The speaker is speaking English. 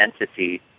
entity